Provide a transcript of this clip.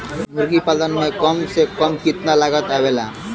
मुर्गी पालन में कम से कम कितना लागत आवेला?